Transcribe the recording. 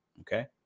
okay